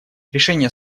решение